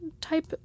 type